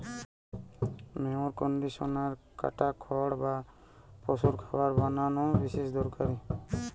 mower conditioner কাটা খড় বা পশুর খাবার বানানা রে বিশেষ দরকারি